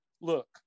Look